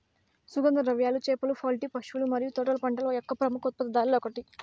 సుగంధ ద్రవ్యాలు, చేపలు, పౌల్ట్రీ, పశువుల మరియు తోటల పంటల యొక్క ప్రముఖ ఉత్పత్తిదారులలో ఒకటి